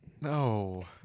No